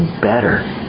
better